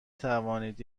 توانید